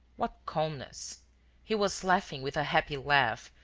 what calmness he was laughing with a happy laugh,